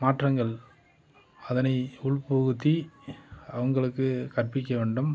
மாற்றங்கள் அதனை உட்புகுத்தி அவங்களுக்கு கற்பிக்க வேண்டும்